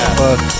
fuck